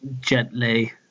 gently